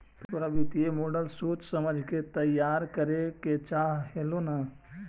तोरा वित्तीय मॉडल सोच समझ के तईयार करे के चाह हेलो न